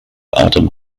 adam